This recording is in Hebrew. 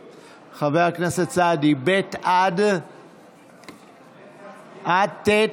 ב' עד ט'?